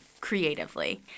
creatively